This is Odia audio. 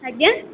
ଆଜ୍ଞା